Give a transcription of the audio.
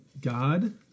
God